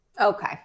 Okay